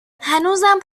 هنوزم